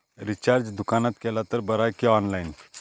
Recharge दुकानात केला तर बरा की ऑनलाइन?